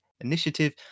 initiative